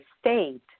state